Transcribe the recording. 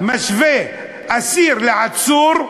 משווה אסיר לעצור,